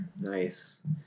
Nice